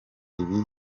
ibi